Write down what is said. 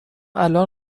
الان